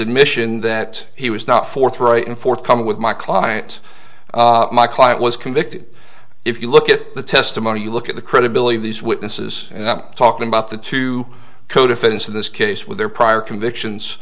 admission that he was not forthright and forthcoming with my client my client was convicted if you look at the testimony you look at the credibility of these witnesses and i'm talking about the two co defendants in this case with their prior convictions